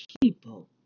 people